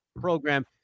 program